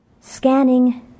Scanning